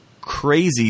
crazy